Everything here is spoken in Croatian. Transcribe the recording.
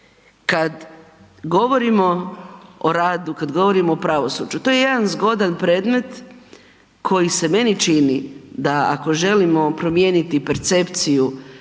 kad govorimo o radu, kad govorimo o pravosuđu, to je jedan zgodan predmet koji se meni čini da ako želimo promijeniti percepciju